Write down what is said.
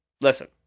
listen